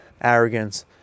arrogance